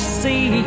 see